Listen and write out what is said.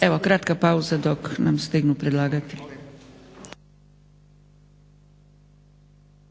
Evo kratka pauza dok nam stignu predlagatelji.